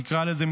נקרא לזה,